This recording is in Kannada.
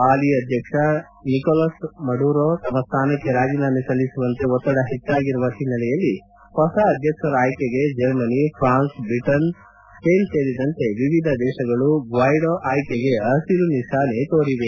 ಹಾಲಿ ಅಧ್ಯಕ್ಷ ನಿಕೋಲಸ್ ಮಡುರೋ ತಮ್ನ ಸ್ವಾನಕ್ಷೆ ರಾಜೀನಾಮೆ ಸಲ್ಲಿಸುವಂತೆ ಒತ್ತಡ ಹೆಚ್ಚಾಗಿರುವ ಹಿನ್ನೆಲೆಯಲ್ಲಿ ಹೊಸ ಅಧ್ಯಕ್ಷರ ಆಯ್ಲಿಗೆ ಜರ್ಮನಿ ಫ್ರಾನ್ಸ್ ಬ್ರಿಟನ್ ಸ್ಪೇನ್ ಸೇರಿದಂತೆ ವಿವಿಧ ದೇಶಗಳು ಗ್ವಾಯ್ಡೋ ಆಯ್ಡೆಗೆ ಪಸಿರು ನಿಶಾನೆ ತೋರಿವೆ